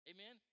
Amen